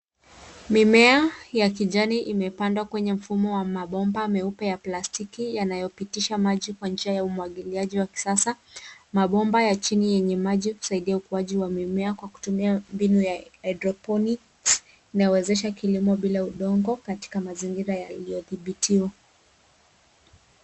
Mimea ya kijani imepandwa kwenye mfumo wa mabomba meupe ya plastiki yanayopitisha maji kwa njia ya umwagiliaji wa kisasa ,mabomba ya chini yenye maji kusaidia ukuaji wa mimea kwa kutumia mbinu ya hydroponics inayowezesha kilimo bila udongo katika mazingira yaliyodhibitiwa.